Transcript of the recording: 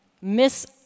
Miss